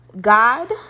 God